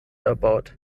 erbaut